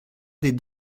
des